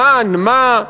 למען מה?